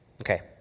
Okay